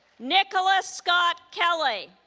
nicholas scott kelly